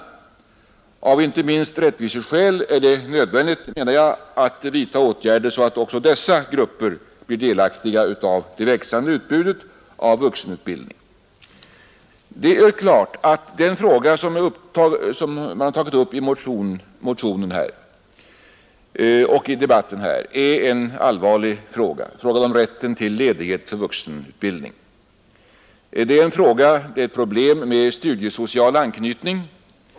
Det är därför — inte 5 november 1971. minst av rättviseskäl — nödvändigt att vidta åtgärder så att också dessa — Lagstadgad rätt till grupper blir delaktiga av det växande utbudet av vuxenutbildning. tjänstledighet för Det är klart att den fråga som tagits upp i motionen och debatten här = deltagande i vuxenär allvarlig. Den gäller rätten till ledighet för vuxenutbildning. Det är ett — utbildning problem med studiesocial anknytning.